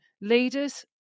leaders